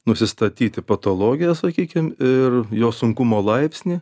nusistatyti patologiją sakykim ir jos sunkumo laipsnį